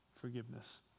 forgiveness